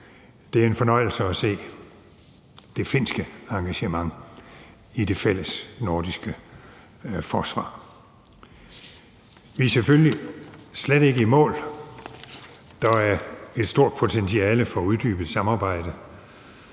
Det er en fornøjelse at se det finske engagement i det fælles nordiske forsvar. Vi er selvfølgelig slet ikke i mål. Der er et stort potentiale for at uddybe samarbejdet,